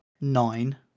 nine